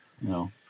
no